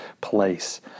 place